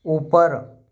ऊपर